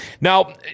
Now